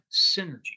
synergy